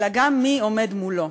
אלא גם מי עומד מולו.